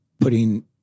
putting